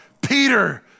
Peter